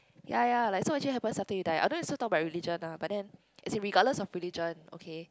ya ya like so actually happens after you die I don't want to talk about religion lah but then it's regardless of religion okay